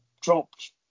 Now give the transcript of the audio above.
dropped